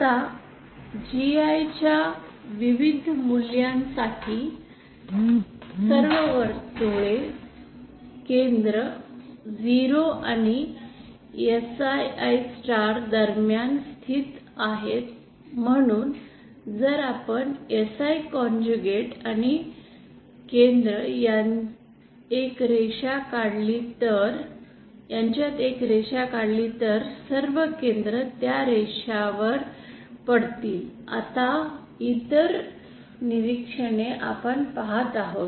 आता GI च्या विविध मूल्यांसाठी सर्व वर्तुळचे केंद्र 0 आणि SII दरम्यान स्थित आहे म्हणून जर आपण SII कॉन्जुगेट आणि केंद्र यांच्यात एक रेषा काढली तर सर्व केंद्रे त्या रेषा वर पडतील आता इतर निरीक्षणाने आपण पहात आहोत